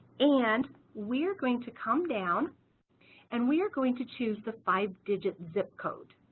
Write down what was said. and we are going to come down and we are going to choose the five digit zip code,